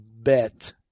bet